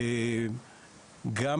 בנוסף,